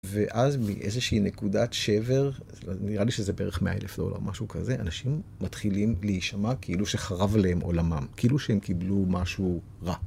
ואז מאיזושהי נקודת שבר, נראה לי שזה בערך 100 אלף דולר, משהו כזה, אנשים מתחילים להישמע כאילו שחרב עלהם עולמם, כאילו שהם קיבלו משהו רע.